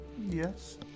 yes